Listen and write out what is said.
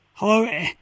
Hello